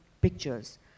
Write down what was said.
pictures